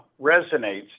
resonates